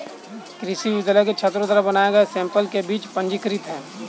कृषि विश्वविद्यालय के छात्रों द्वारा बनाए गए सैंपल के बीज पंजीकृत हैं